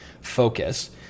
focus